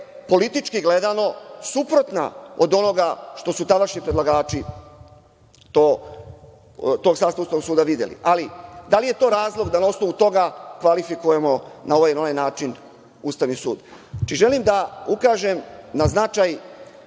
politički gledano, suprotna od onoga što su tadašnji predlagači tog sastava Ustavnog suda videli. Ali, da li je to razlog da na osnovu toga kvalifikujemo na ovaj ili na onaj način Ustavni sud? Znači, želim da ukažem na značaj